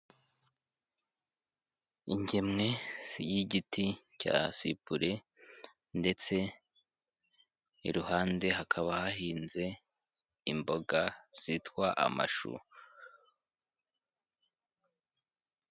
Ingemwe y'igiti cya sipure, ndetse iruhande hakaba hahinze, imboga zitwa amashu.